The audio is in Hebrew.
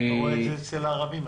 אתה רואה את זה אצל הערבים.